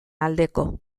aldeko